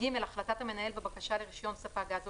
החלטת המנהל בבקשה לרישיון ספק גז או